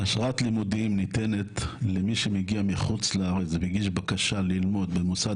אשרת לימודים ניתנת למי שמגיע מחוץ לארץ ומגיש בקשה ללמוד במוסד